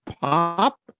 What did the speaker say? pop